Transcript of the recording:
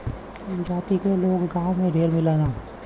ई जाति क लोग गांव में ढेर मिलेलन